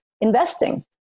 investing